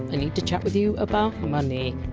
i need to chat with you about money.